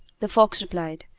the fox replied,